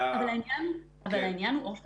אבל העניין עפר,